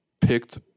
picked